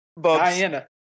Diana